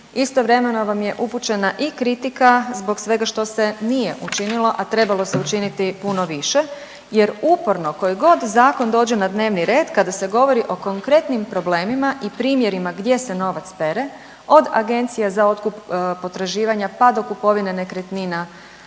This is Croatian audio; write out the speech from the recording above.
istovremeno vam je upućena i kritika zbog svega što se nije učinilo a trebalo se učiniti puno više. Jer uporno koji zakon dođe na dnevni red kada se govori o konkretnim problemima i primjerima gdje se novac pere od agencija za otkup potraživanja, pa do kupovine nekretnina